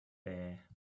bear